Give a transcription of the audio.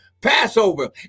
Passover